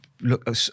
look